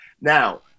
Now